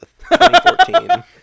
2014